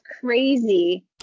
crazy